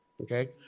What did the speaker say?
okay